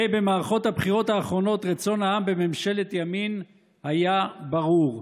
הרי במערכות הבחירות האחרונות רצון העם בממשלת ימין היה ברור,